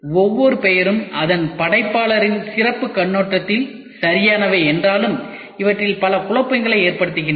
ஒவ்வொரு பெயரும் அதன் படைப்பாளரின் சிறப்புக் கண்ணோட்டத்தில் சரியானவை என்றாலும்இவற்றில் பல குழப்பங்களை ஏற்படுத்துகின்றன